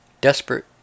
desperate